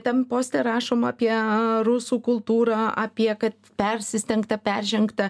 ten poste rašoma apie rusų kultūrą apie kad persistengta peržengta